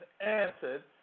answered